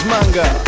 Manga